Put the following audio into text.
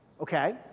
okay